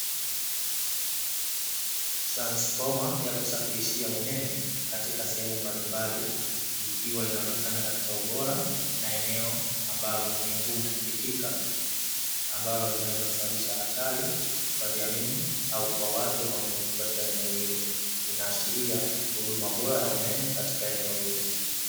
Transfoma ya kusafirishia umeme katika sehemu mbalimbali, ikiwa inaonekana katika ubora na eneo ambalo ni ngumu kufikika, ambalo linaweza kusababisha hatari kwa jamii au kwa watu wanaozunguka katika eneo hilo. Inaashiria huduma bora ya umeme katika eneo hilo.